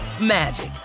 magic